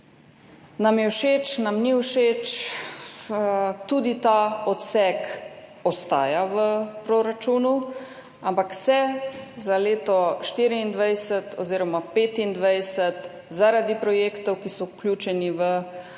nam je všeč, nam ni všeč. Tudi ta odsek ostaja v proračunu, ampak se za leto 2024 oziroma 2025 zaradi projektov, ki so vključeni v popoplavno